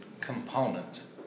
components